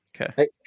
okay